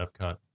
Epcot